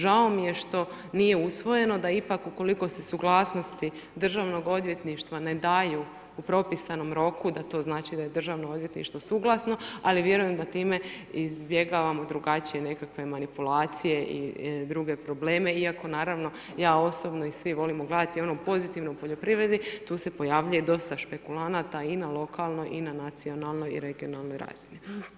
Žao mi je što nije usvojeno da ipak ukoliko se suglasnosti Državnog odvjetništva ne daju u propisanom roku, da to znači da je Državno odvjetništvo suglasno ali vjerujem da time izbjegavamo drugačije manipulacije i druge probleme iako naravno, ja osobno i svi volimo gledati onu pozitivu u poljoprivredi, tu se pojavljuje dosta špekulanata i na lokalnoj i na nacionalnoj i regionalnoj razini.